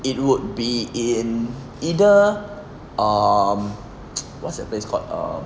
it would be in either um what's that place called um